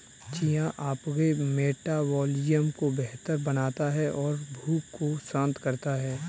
chia आपके metabolism को बेहतर बनाता है और भूख को शांत करता है